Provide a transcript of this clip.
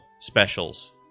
specials